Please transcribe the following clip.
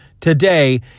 today